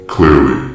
Clearly